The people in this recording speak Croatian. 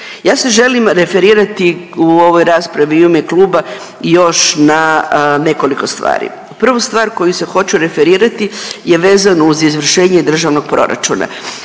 Ja se želim referirati u ovoj raspravi i u ime kluba još na nekoliko stvari. Prvu stvar koju se hoću referirati je uz izvršenje Državnog proračuna.